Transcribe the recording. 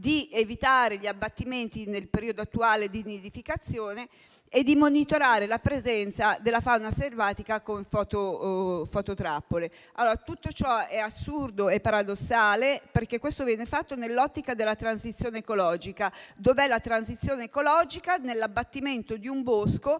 di evitare gli abbattimenti nel periodo attuale di nidificazione e di monitorare la presenza della fauna selvatica con fototrappole. Tutto ciò è assurdo e paradossale, perché questo viene fatto nell'ottica della transizione ecologica. Dov'è la transizione ecologica nell'abbattimento di un bosco